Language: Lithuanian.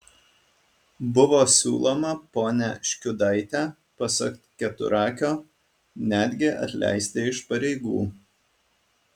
buvo siūloma ponią škiudaitę pasak keturakio netgi atleisti iš pareigų